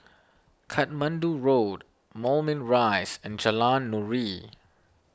Katmandu Road Moulmein Rise and Jalan Nuri